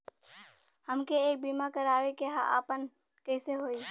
हमके एक बीमा करावे के ह आपन कईसे होई?